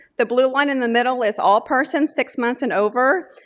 the blue one in the middle is all persons six months and over.